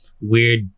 Weird